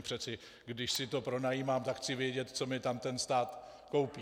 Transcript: Přeci když si to pronajímám, tak chci vědět, co mi tam ten stát koupí.